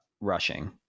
rushing